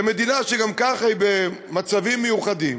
במדינה שגם כך היא במצבים מיוחדים